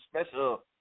special